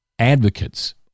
Advocates